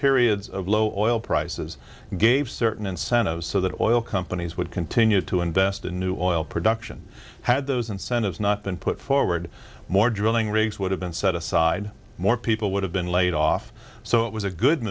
periods of low all prices gave certain incentives so that oil companies would continue to invest in new all production had those and centers not been put forward more drilling rigs would have been set aside more people would have been laid off so it was a good